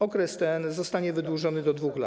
Okres ten zostanie wydłużony do 2 lat.